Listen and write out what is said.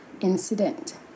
incident